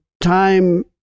time